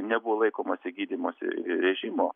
nebuvo laikomasi gydymosi režimo